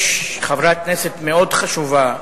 יש חברת כנסת מאוד חשובה,